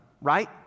right